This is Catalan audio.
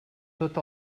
tot